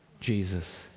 Jesus